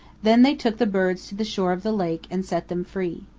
then they took the birds to the shore of the lake and set them free.